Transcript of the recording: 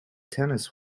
tennis